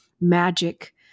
magic